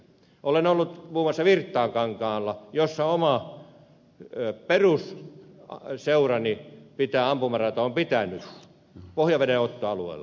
olen ollut muun muassa virttaankankaalla jossa omaa hyppyä perus oli missä oma perusseurani on pitänyt ampumarataa pohjavedenottoalueella